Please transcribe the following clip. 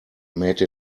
made